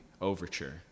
overture